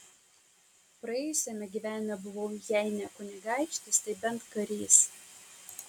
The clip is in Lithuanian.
praėjusiame gyvenime buvau jei ne kunigaikštis tai bent karys